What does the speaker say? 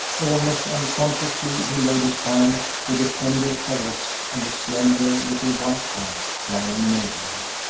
almost unconsciously he laid his hand with a tender caress on the slender little white hand lying near him,